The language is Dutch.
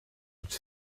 het